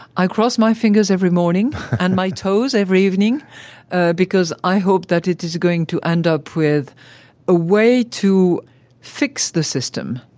i cross my fingers every morning and my toes every evening because i hope that it is going to end up with a way to fix the system,